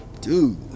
dude